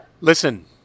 Listen